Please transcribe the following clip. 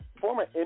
former